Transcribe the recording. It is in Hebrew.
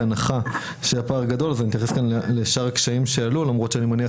בהנחה שהפער גדול אתייחס לשאר הקשיים שעלו למרות שאני מניח